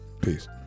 Peace